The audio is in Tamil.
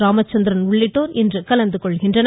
ராமச்சந்திரன் உள்ளிட்டோர் இன்று பங்கேற்கின்றனர்